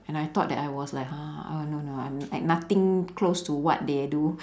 and I thought that I was like oh no no I'm like nothing close to what they do